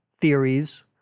theories